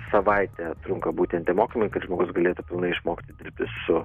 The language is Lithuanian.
savaitė trunka būtent nemokamai kad žmogus galėtų išmokti dirbti su